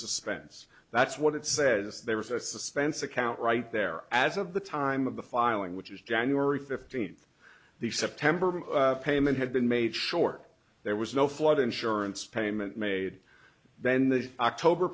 suspense that's what it says there was a suspense account right there as of the time of the filing which is january fifteenth the september payment had been made short there was no flood insurance payment made then the october